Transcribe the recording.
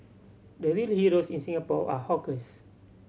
the real heroes in Singapore are hawkers